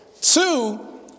Two